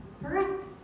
correct